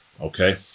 okay